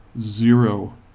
zero